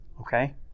Okay